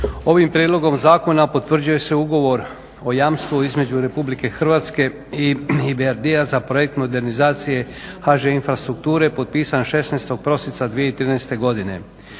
Ovim prijedlogom zakona potvrđuje se Ugovor o jamstvu između Republike Hrvatske i EBRD-a za projekt modernizacije HŽ-Infrastrukture potpisan 16. prosinca 2013. godine.